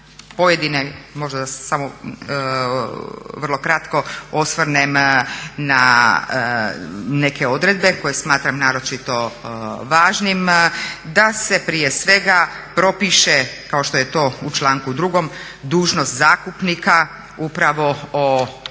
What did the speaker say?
pojedine, možda da se samo vrlo kratko osvrnem na neke odredbe koje smatram naročito važnim, da se prije svega propiše kao što je to u članku 2. dužnost zakupnika upravo o